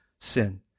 sin